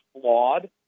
flawed